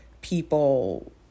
people